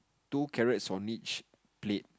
two carrots on each plate